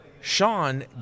Sean